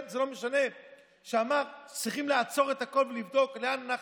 זה לעורר מדנים.